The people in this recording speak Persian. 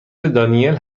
دانیل